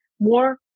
more